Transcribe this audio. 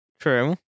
True